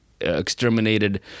exterminated